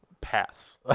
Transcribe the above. Pass